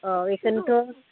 अ एखोनोथ'